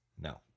No